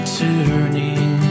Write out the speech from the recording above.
turning